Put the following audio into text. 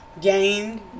gained